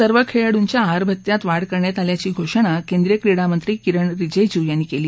सर्व खेळाडूंच्या आहार भत्त्यात वाढ करण्यात आल्याची घोषणा केंद्रीय क्रीडा मंत्री किरण रिजेजू यांनी केली